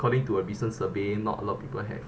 according to a business survey not a lot of people have